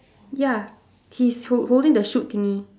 ya he's hol~ holding the shoot thingy